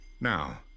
Now